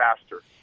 faster